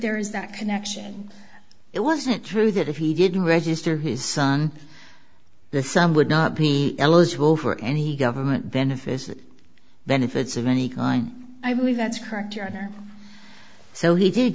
there is that connection it wasn't true that if he didn't register his son the sum would not be eligible for any government benefits benefits of any kind i believe that's correct